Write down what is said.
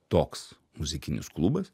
toks muzikinis klubas